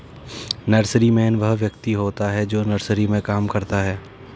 nurseryman वह व्यक्ति होता है जो नर्सरी में काम करता है